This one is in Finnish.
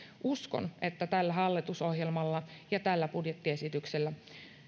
uskon että tällä hallitusohjelmalla ja tällä budjettiesityksellä